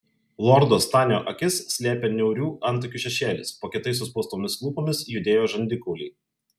lordo stanio akis slėpė niaurių antakių šešėlis po kietai suspaustomis lūpomis judėjo žandikauliai